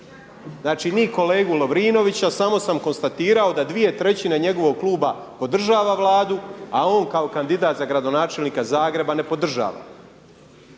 Znači ni kolegu Lovrinovića, samo sam konstatirao da dvije trećine njegovog kluba podržava Vladu a on kao kandidat za gradonačelnika Zagreba ne podržava.